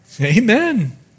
Amen